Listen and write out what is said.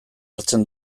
hartzen